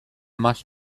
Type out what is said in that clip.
much